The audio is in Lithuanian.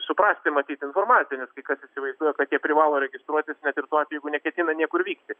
suprasti matyt informaciją nes kai kas įsivaizduoja kad jie privalo registruotis net ir tuo atveju jeigu neketina niekur vykti